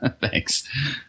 Thanks